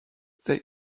they